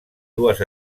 dues